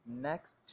Next